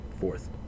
Fourth